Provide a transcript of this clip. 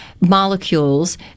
molecules